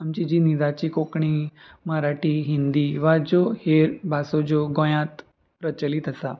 आमची जी निजाची कोंकणी मराठी हिंदी वा ज्यो हेर भासो ज्यो गोंयांत प्रचलीत आसा